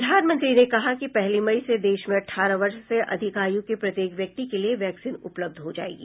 प्रधानमंत्री ने कहा कि पहली मई से देश में अठारह वर्ष से अधिक आय् के प्रत्येक व्यक्ति के लिए वैक्सीन उपलब्ध हो जाएगी